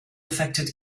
affected